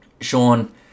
Sean